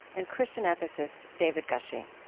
and christian ethicist david gushee